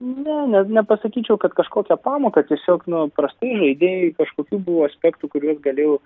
nu ne nepasakyčiau kad kažkokią pamoką tiesiog nu prasti žaidėjai kažkokie buvo aspektai kuriuos galėjau